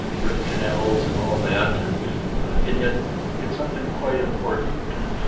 root canals and all that, and yet it's something quite important and